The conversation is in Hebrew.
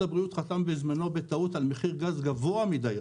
הבריאות חתם בזמנו על מחיר גז גבוהה מידי,